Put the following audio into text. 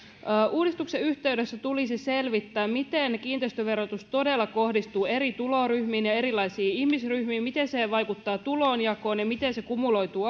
uudistuksen yhteydessä tulisi selvittää miten kiinteistöverotus todella kohdistuu eri tuloryhmiin ja erilaisiin ihmisryhmiin miten se vaikuttaa tulonjakoon ja miten se kumuloituu